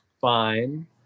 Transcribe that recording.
fine